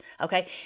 Okay